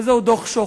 וזהו דוח-שוחט.